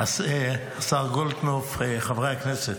השר גולדקנופ, חברי הכנסת,